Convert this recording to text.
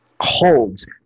holds